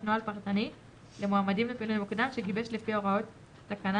נוהל פרטני למועמדים לפינוי מוקדם שגיבש לפי הוראות תקנה